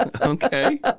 Okay